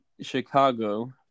Chicago